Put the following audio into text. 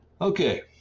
Okay